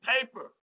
paper